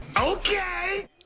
Okay